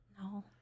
No